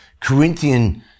Corinthian